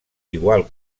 igual